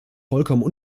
vollkommen